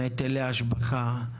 מהיטלי השבחה?